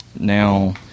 Now